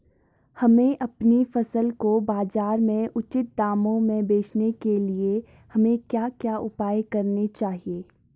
हमें अपनी फसल को बाज़ार में उचित दामों में बेचने के लिए हमें क्या क्या उपाय करने चाहिए?